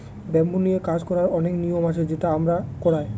bamboo নিয়ে কাজ করার অনেক নিয়ম আছে সেটা আমরা করায়